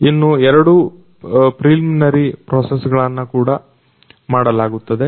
ಇನ್ನು ಎರಡು preliminary process ಗಳನ್ನ ಕೂಡ ಮಾಡಲಾಗುತ್ತದೆ